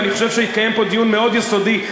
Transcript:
אני חושב שהתקיים פה דיון מאוד יסודי,